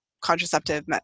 contraceptive